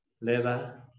leather